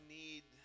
need